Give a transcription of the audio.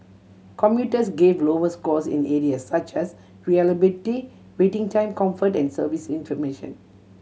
commuters gave lower scores in areas such as reliability waiting time comfort and service information